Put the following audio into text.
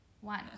one